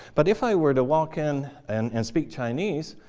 but if i were to walk in and and speak chinese,